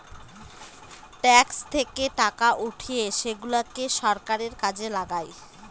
tax থেকে টাকা উঠিয়ে সেগুলাকে সরকার কাজে লাগায়